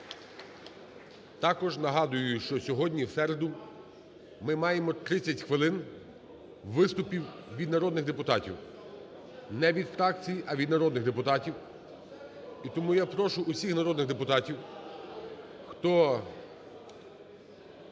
Також нагадую, що сьогодні, в середу, ми маємо 30 хвилин виступів від народних депутатів, не від фракцій, а від народних депутатів. І тому я прошу всіх народних депутатів, хто